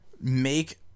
make